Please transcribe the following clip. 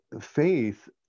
faith